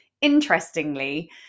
Interestingly